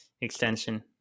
extension